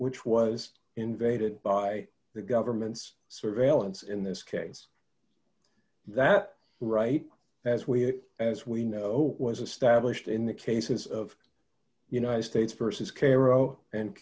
which was invaded by the government's surveillance in this case that right as we as we know was established in the cases of united states versus